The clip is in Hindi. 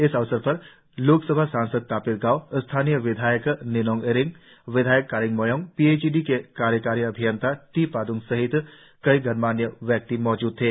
इस अवसर पर लोक सभा सांसद तापिर गाव स्थानीय विधायक निनोंग इरिंग विधायक Kaling Moyong P H E D के कार्यकारी अभियंता टी पादंग सहित कई गणमान्य व्यक्ति मौजूद थे